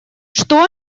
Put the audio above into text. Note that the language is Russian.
что